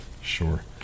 sure